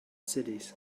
cities